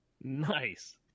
Nice